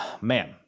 man